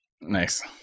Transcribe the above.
Nice